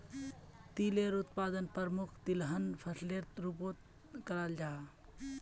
तिलेर उत्पादन प्रमुख तिलहन फसलेर रूपोत कराल जाहा